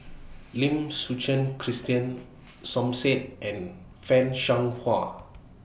Lim Suchen Christine Som Said and fan Shao Hua